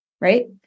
right